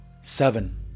Seven